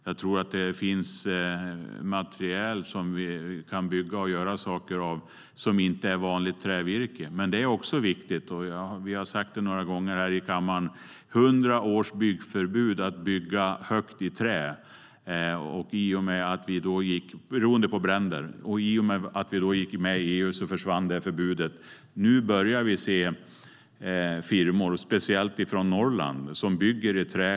Jag tror att det finns material, som inte är vanligt trävirke, som vi kan bygga och göra saker av. Något som är viktigt och som vi har sagt några gånger här i kammaren är detta: Vi har haft ett hundraårigt förbud mot att bygga högt i trä på grund av risk för bränder. I och med att vi gick med i EU försvann det förbudet. Nu börjar vi se firmor, speciellt från Norrland, som bygger i trä.